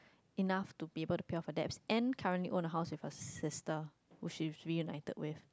enough to people to peer for that and currently own a house with a sister which is reunited wave